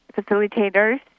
facilitators